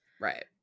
Right